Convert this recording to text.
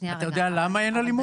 אתה יודע למה אין אלימות?